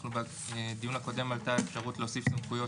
בדיון הקודם עלתה האפשרות להוסיף סמכויות